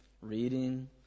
reading